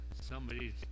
somebody's